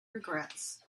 regrets